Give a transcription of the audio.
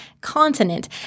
continent